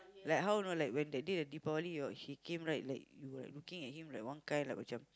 like how know like when that day the Deepavali he came right like you were looking at him like one kind like macam